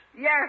Yes